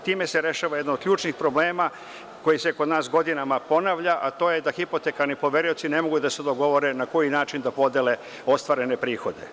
Time se rešava jedan od ključnih problema koji se kod nas godinama ponavlja, a to je da hipotekarni poverioci ne mogu da se dogovore na koji način da podele ostvarene prihode.